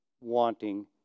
wanting